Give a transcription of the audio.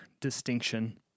distinction